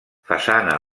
façana